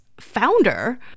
Founder